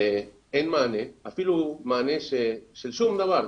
אבל אין מענה, אפילו מענה של שום דבר.